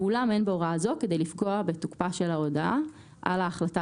ואולם אין בהוראה זו כדי לפגוע בתוקפה של הודעה על החלטה